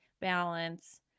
balance